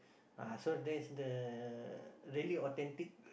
ah so there's the really authentic